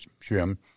Jim